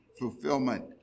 fulfillment